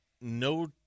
no